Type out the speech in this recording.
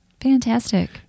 Fantastic